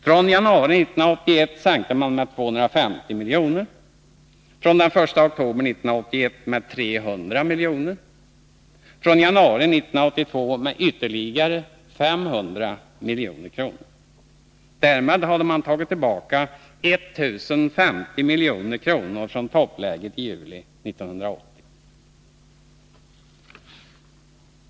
Från januari 1981 sänkte man livsmedelssubventionerna med 250 milj.kr., från den 1 oktober 1981 med 300 milj.kr. och från januari 1982 med ytterligare 500 milj.kr. Därmed hade man tagit tillbaka 1 050 milj.kr. från toppläget i juli 1980.